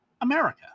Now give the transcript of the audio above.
America